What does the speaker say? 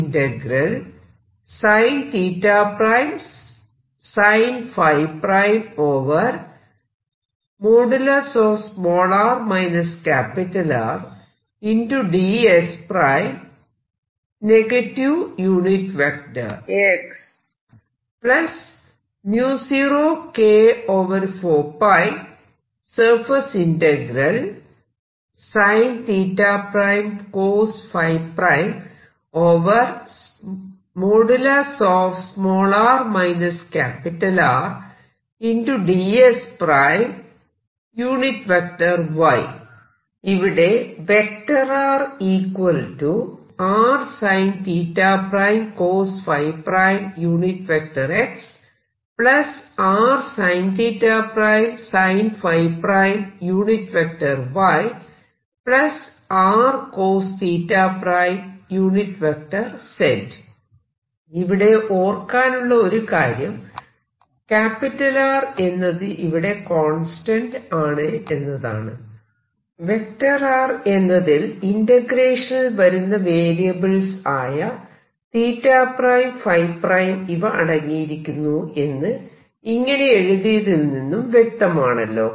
ഇവിടെ ഇവിടെ ഓർക്കാനുള്ള ഒരു കാര്യം R എന്നത് ഇവിടെ കോൺസ്റ്റന്റ് ആണ് എന്നതാണ് R എന്നതിൽ ഇന്റഗ്രേഷനിൽ വരുന്ന വേരിയബിൾസ് ആയ ϕഇവ അടങ്ങിയിരിക്കുന്നു എന്ന് ഇങ്ങനെ എഴുതിയതിൽ നിന്നും വ്യക്തമാണല്ലോ